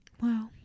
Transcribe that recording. wow